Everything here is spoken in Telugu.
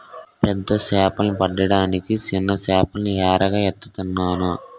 పెద్ద సేపలు పడ్డానికి సిన్న సేపల్ని ఎరగా ఏత్తనాన్రా